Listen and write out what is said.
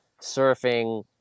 surfing